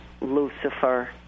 Lucifer